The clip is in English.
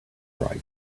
cried